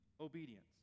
obedience